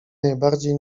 najbardziej